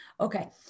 Okay